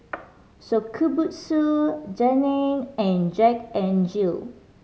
Shokubutsu Danone and Jack N Jill